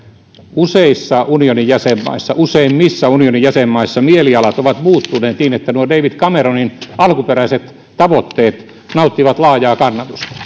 useissa unionin jäsenmaissa useimmissa unionin jäsenmaissa mielialat ovat muuttuneet niin että nuo david cameronin alkuperäiset tavoitteet nauttivat laajaa kannatusta